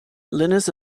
linus